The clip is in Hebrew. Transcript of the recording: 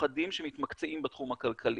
מיוחדים שמתמקצעים בתחום הכלכלי.